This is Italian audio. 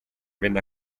venne